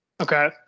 Okay